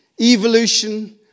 Evolution